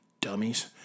dummies